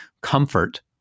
comfort